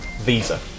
Visa